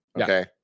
okay